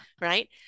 right